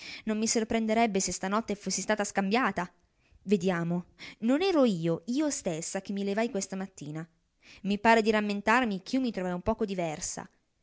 non mi sorprenderebbe se stanotte fossi stata scambiata vediamo non ero io io stessa che mi levai questa mattina mi pare di rammentarmi ch'io mi trovai un poco diversa